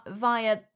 via